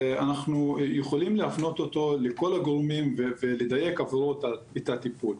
אנחנו יכולים להפנות אותו לכל הגורמים ולדייק עבורו את הטיפול,